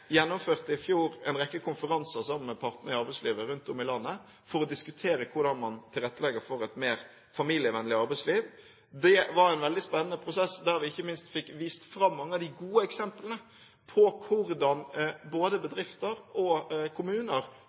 gjennomførte i fjor en rekke konferanser rundt om i landet sammen med partene i arbeidslivet for å diskutere hvordan man tilrettelegger for et mer familievennlig arbeidsliv. Det var en veldig spennende prosess, der vi ikke minst fikk vist fram mange av de gode eksemplene på hvordan både bedrifter og kommuner